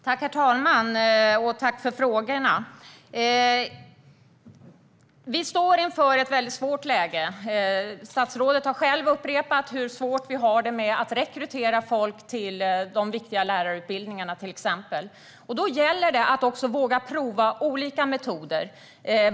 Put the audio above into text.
Herr talman! Jag tackar för frågorna. Vi står inför ett väldigt svårt läge. Statsrådet har själv upprepat hur svårt vi har att rekrytera folk till de viktiga lärarutbildningarna, till exempel. Då gäller det att också våga prova olika metoder.